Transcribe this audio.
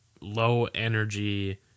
low-energy